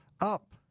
up